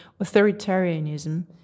authoritarianism